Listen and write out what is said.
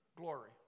glory